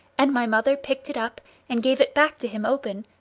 and my mother picked it up and gave it back to him open,